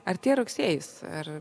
artėja rugsėjis ar